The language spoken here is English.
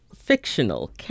fictional